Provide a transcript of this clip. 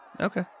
Okay